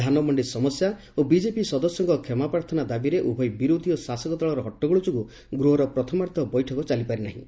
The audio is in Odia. ଧାନ ମ ବିଜେପି ସଦସ୍ୟଙ୍କ କ୍ଷମା ପ୍ରାର୍ଥନା ଦାବିରେ ଉଭୟ ବିରୋଧୀ ଓ ଶାସକ ଦଳର ହଟଗୋଳ ଯୋଗୁଁ ଗୃହର ପ୍ରଥମାର୍ବ୍ଧ ବୈଠକ ଚାଲିପାରି ନାହିଁ